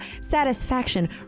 satisfaction